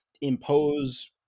impose